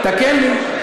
תקן לי.